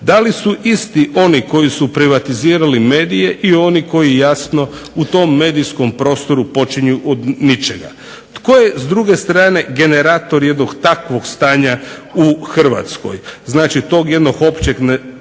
Da li su isti oni koji su privatizirali medije i oni koji jasno u tom medijskom prostoru počinju od ničega? Tko je s druge strane generator jednog takvog stanja u Hrvatskoj, znači tog jednog općeg